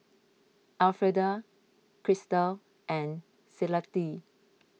Elfreda Krystal and